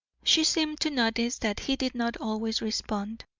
she seemed to notice that he did not always respond,